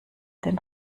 den